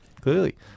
Clearly